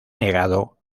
negado